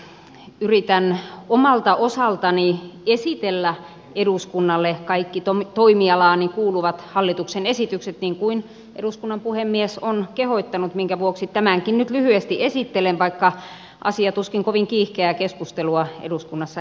yritän omalta osaltani esitellä eduskunnalle kaikki toimialaani kuuluvat hallituksen esitykset niin kuin eduskunnan puhemies on kehottanut minkä vuoksi tämänkin nyt lyhyesti esittelen vaikka asia tuskin kovin kiihkeää keskustelua eduskunnassa herättää